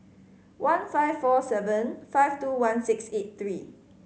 one five four seven five two one six eight three